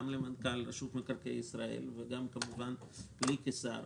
גם למנכ"ל רשות מקרקעי ישראל וגם כמובן לי כשר,